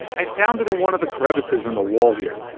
i found it in one of the crevices in the wall here.